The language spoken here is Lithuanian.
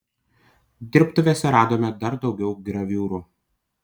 dirbtuvėse radome dar daugiau graviūrų